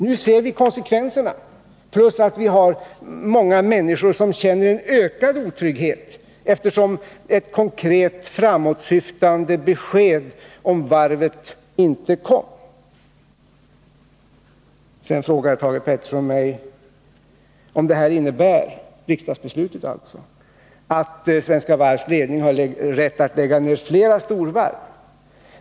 Nu ser vi konsekvenserna, plus att många människor känner en ökad otrygghet, eftersom ett konkret framåtsyftande besked om varvet inte kom. Thage Peterson frågar mig om riksdagsbeslutet innebär att Svenska Varvs ledning har rätt att lägga ner flera storvarv.